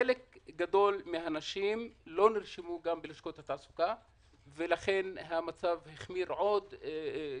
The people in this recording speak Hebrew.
חלק גדול מהנשים לא נרשמו בלשכות התעסוקה ולכן מצבן החמיר עוד יותר.